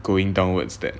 going downwards that